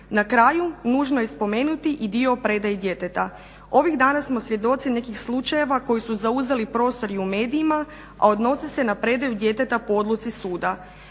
Na kraju nužno je spomenuti i dio predaje djeteta. Ovih dana smo svjedoci nekih slučajeva koji su zauzeli prostor i u medijima a odnose se na predaju djeteta po odluci suda.